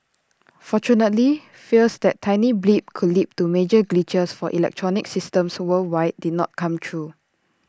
fortunately fears that tiny blip could lead to major glitches for electronic systems worldwide did not come true